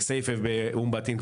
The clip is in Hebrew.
בכסייפה ובאום בטין,